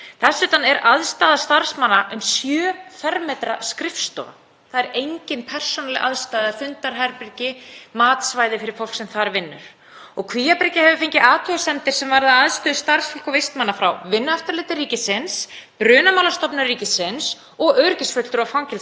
Kvíabryggja hefur fengið athugasemdir sem varða aðstöðu starfsfólks og vistmanna frá Vinnueftirliti ríkisins, Brunamálastofnun ríkisins og öryggisfulltrúa Fangelsismálastofnunar. Þetta er ekki bara öryggismál sem þarf að ræða, heldur vinnuumhverfi fólks á Kvíabryggju sem er mjög mikilvægt úrræði í réttarvörslukerfinu.